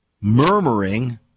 murmuring